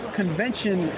convention